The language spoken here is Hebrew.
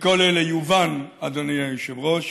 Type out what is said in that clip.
מכל אלה יובן, אדוני היושב-ראש,